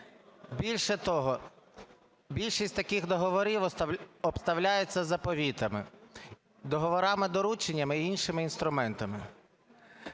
Більше того, більшість таких договорів обставляється заповітами, договорами-дорученнями і іншими інструментами.